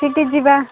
ସେଠି ଯିବା